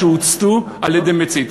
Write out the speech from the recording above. הוצתו על-ידי מצית.